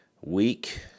Week